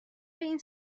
این